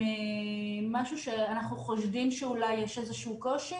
משהו שאנחנו חושבים שאולי יש איזשהו קושי?